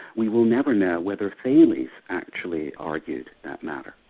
we will never know whether thales actually argued that matter.